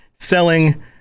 Selling